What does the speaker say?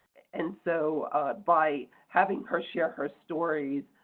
and so by having her share her stories,